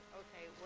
okay